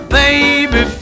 baby